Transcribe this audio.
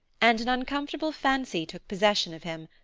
and an uncomfortable fancy took possession of him,